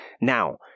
Now